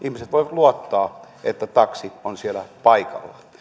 luottaa että taksi on siellä paikalla